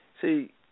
See